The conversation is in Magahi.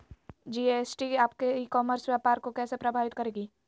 जी.एस.टी आपके ई कॉमर्स व्यापार को कैसे प्रभावित करेगी?